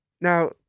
Now